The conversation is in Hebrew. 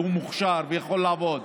והוא מוכשר ויכול לעבוד,